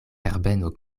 herbeno